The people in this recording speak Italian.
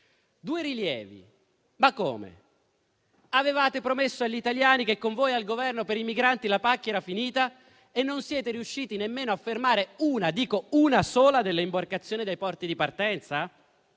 due rilievi: ma come? Avevate promesso agli italiani che con voi al Governo la pacchia per i migranti sarebbe finita e non siete riusciti nemmeno a fermare una - e dico una sola - delle imbarcazioni dai porti di partenza?